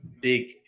big